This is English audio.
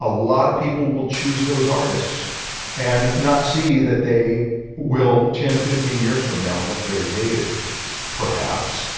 a lot of people will choose those artists and not see that they will ten fifteen years from now look very dated perhaps